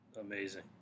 Amazing